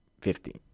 fifteen